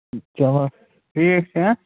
چلو ٹھیٖک چھُ